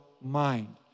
mind